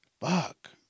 Fuck